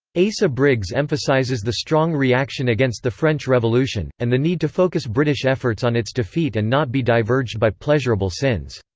asa briggs emphasizes the strong reaction against the french revolution, and the need to focus british efforts on its defeat and not be diverged by pleasurable sins.